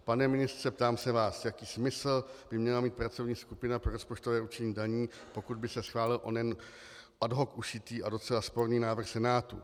Pane ministře, ptám se vás, jaký smysl by měla mít pracovní skupina pro rozpočtové určení daní, pokud by se schválil onen ad hoc ušitý a docela sporný návrh Senátu.